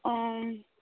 ᱳᱸᱢ